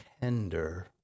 tender